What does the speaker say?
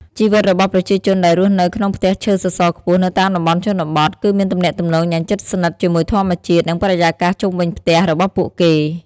ជីវិតរបស់ប្រជាជនដែលរស់នៅក្នុងផ្ទះឈើសសរខ្ពស់នៅតាមតំបន់ជនបទ គឺមានទំនាក់ទំនងយ៉ាងជិតស្និទ្ធជាមួយធម្មជាតិ និងបរិយាកាសជុំវិញផ្ទះរបស់ពួកគេ ។